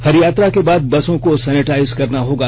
हर यात्रा के बाद बसों को सैनिटाइज करना होगा